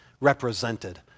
represented